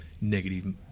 negative